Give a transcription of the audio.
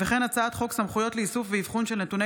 הצעת חוק סמכויות לאיסוף ואבחון של נתוני